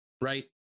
right